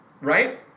Right